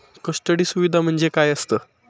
Custody सुविधा म्हणजे काय असतं?